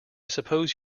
suppose